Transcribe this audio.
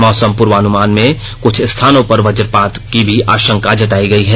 मौसम पूर्वानुमान में कुछ स्थानों पर वजपात की भी आषंका जतायी गयी है